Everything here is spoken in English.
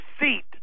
seat